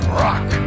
rock